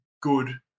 good